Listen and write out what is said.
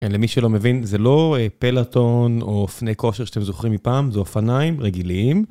למי שלא מבין, זה לא פלטון או אופני כושר שאתם זוכרים מפעם, זה אופניים רגילים.